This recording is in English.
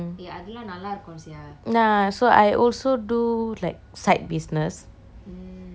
ya so I also do like side business mm so I